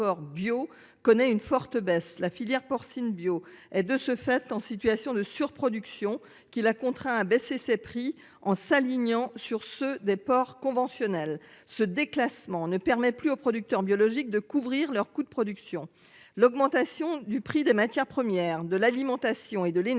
La filière porcine bio et de ce fait, en situation de surproduction qui l'a contraint à baisser ses prix en s'alignant sur ceux des ports conventionnelle ce déclassement ne permet plus aux producteurs biologiques de couvrir leurs coûts de production. L'augmentation du prix des matières premières, de l'alimentation et de l'énergie,